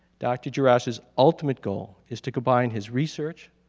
dr. dzirasa's ultimate goal is to combine his research,